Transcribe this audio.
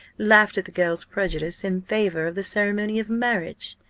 laughed at the girl's prejudice in favour of the ceremony of marriage.